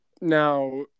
Now